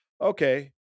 okay